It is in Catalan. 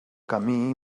camí